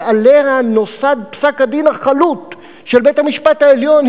שעליה נוסד פסק-הדין החלוט של בית-המשפט העליון,